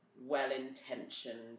well-intentioned